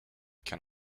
can